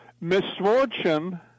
misfortune